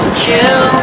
kill